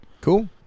Cool